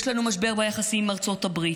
יש לנו משבר ביחסים עם ארצות הברית.